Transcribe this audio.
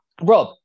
Rob